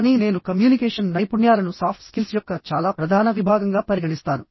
కానీ నేను కమ్యూనికేషన్ నైపుణ్యాలను సాఫ్ట్ స్కిల్స్ యొక్క చాలా ప్రధాన విభాగంగా పరిగణిస్తాను